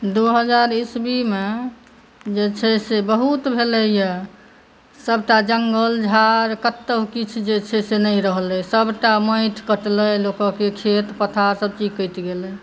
दुइ हजार इस्वीमे जे छै से बहुत भेलैए सबटा जङ्गल झाड़ कतहु किछु जे छै से नहि रहलै सबटा माटि कटलै लोकके खेत पथार सबचीज कटि गेलै